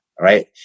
right